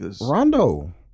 Rondo